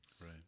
Right